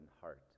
heart